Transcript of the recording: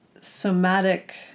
somatic